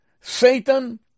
Satan